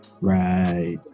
Right